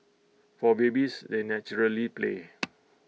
for babies they naturally play